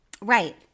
Right